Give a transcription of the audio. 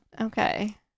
okay